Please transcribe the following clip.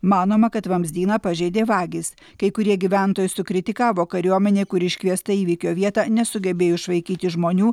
manoma kad vamzdyną pažeidė vagys kai kurie gyventojai sukritikavo kariuomenę kuri iškviesta į įvykio vietą nesugebėjo išvaikyti žmonių